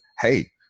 Hey